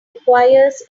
requires